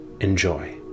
Enjoy